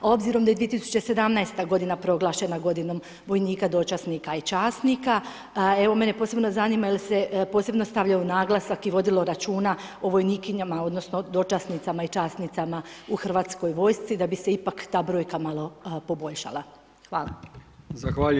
Obzirom da je 2017. godina proglašena godinom vojnika, dočasnika i časnika, mene posebno zanima jer se posebno stavljao naglasak i vodilo računa o vojnikinjama, odnosno dočasnicama i časnicama u Hrvatskoj vojsci da bi se ipak ta brojka malo poboljšala?